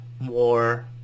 war